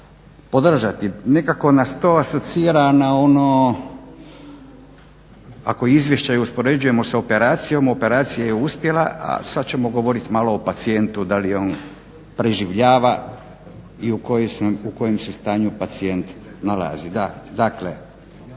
podržati. Nekako nas to asocira na ono ako izvješće uspoređujemo sa operacijom operacija je uspjela, a sad ćemo govorit malo o pacijentu da li on preživljava i u kojem se stanju pacijent nalazi.